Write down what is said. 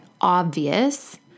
obvious